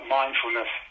mindfulness